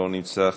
לא נמצא,